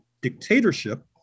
dictatorship